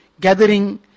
gathering